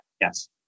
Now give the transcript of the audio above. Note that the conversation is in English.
Yes